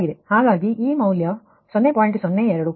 ಹಾಗಾಗಿ ಈ ಮೌಲ್ಯ 0